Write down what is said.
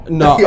no